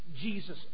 Jesus